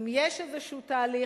אם יש איזשהו תהליך,